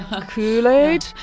Kool-Aid